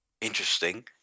interesting